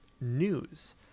news